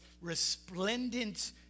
resplendent